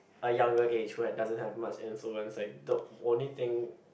a younger age who had doesn't have much influence like the only thing